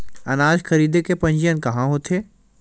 अनाज खरीदे के पंजीयन कहां होथे?